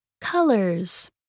Colors